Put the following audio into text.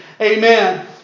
Amen